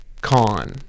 con